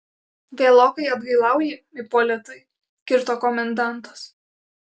vėlokai atgailauji ipolitai kirto komendantas